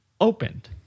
opened